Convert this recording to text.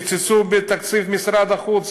קיצצו בתקציב משרד החוץ.